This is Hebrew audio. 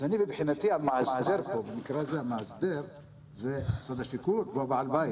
אז מבחינתי המאסדר פה זה משרד השיכון כמו בעל בית.